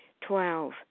Twelve